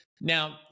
now